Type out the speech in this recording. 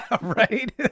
right